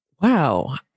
Wow